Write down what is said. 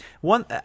one